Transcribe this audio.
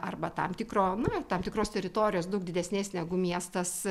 arba tam tikrom na tam tikros teritorijos daug didesnės negu miestas